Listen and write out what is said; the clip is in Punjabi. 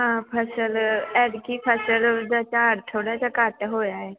ਹਾਂ ਫਸਲ ਐਤਕੀ ਫਸਲ ਦਾ ਝਾੜ ਥੋੜ੍ਹਾ ਜਿਹਾ ਘੱਟ ਹੋਇਆ ਹੈ